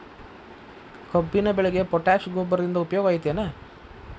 ಕಬ್ಬಿನ ಬೆಳೆಗೆ ಪೋಟ್ಯಾಶ ಗೊಬ್ಬರದಿಂದ ಉಪಯೋಗ ಐತಿ ಏನ್?